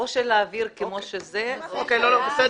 או שנעביר כמו שזה, או ש...